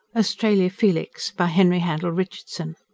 australia felix by henry handel richardson